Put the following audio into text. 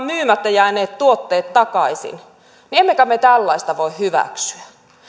myymättä jääneet tuotteet takaisin emme kai me tällaista voi hyväksyä